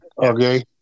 Okay